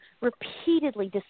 repeatedly